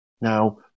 Now